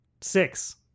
Six